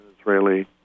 Israeli